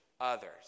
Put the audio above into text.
others